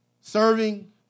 serving